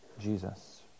Jesus